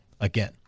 again